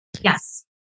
Yes